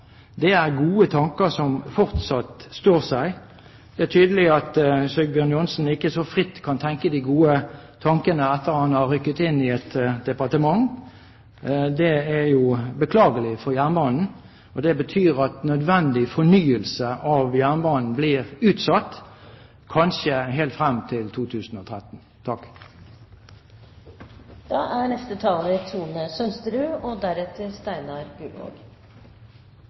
Det er gode tanker som fortsatt står seg. Det er tydelig at Sigbjørn Johnsen ikke så fritt kan tenke de gode tankene etter at han har rykket inn i et departement. Det er beklagelig for jernbanen, og det betyr at nødvendig fornyelse av jernbanen blir utsatt, kanskje helt frem til 2013. Denne vinteren har hatt mange kalde og